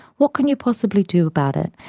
what can you possibly do about it?